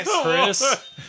Chris